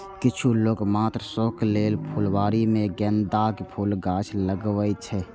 किछु लोक मात्र शौक लेल फुलबाड़ी मे गेंदाक फूलक गाछ लगबै छै